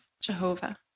Jehovah